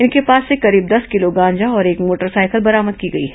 इनके पास से करीब दस किलों गांजा और एक मोटरसाइकिल बरामद की गई है